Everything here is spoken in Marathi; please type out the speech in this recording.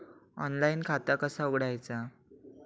ऑनलाइन खाता कसा उघडायचा?